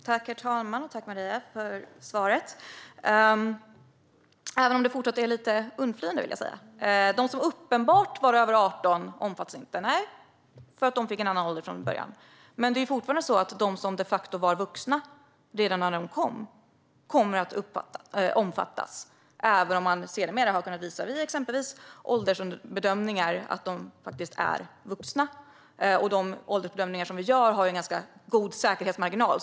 Herr talman! Tack för svaret, Maria, även om det fortfarande är lite undflyende! De som var uppenbart över 18 omfattas inte. På det sättet är det, eftersom de fick en annan ålder från början. Men de som de facto var vuxna redan när de kom kommer fortfarande att omfattas, även om man sedermera har kunnat visa, exempelvis via åldersbedömningar, att de faktiskt är vuxna. De åldersbedömningar som görs har också ganska god säkerhetsmarginal.